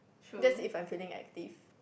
that's if I'm feeling active